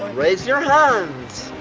raise your hands